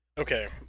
okay